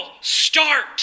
start